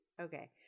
Okay